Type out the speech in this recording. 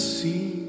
see